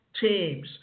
teams